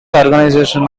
organizations